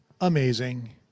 amazing